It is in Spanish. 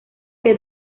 que